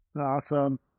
Awesome